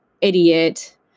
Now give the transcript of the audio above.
idiot